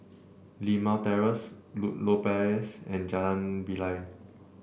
Limau Terrace Ludlow Place and Jalan Bilal